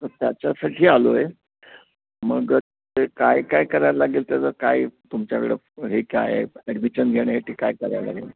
तर त्याच्यासाठी आलो आहे मग ते काय काय करायला लागेल ते आता काय तुमच्याकडं हे काय आहेत ॲडमिशन घेण्यासाठी काय करायला लागेल